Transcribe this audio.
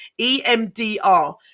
EMDR